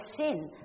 sin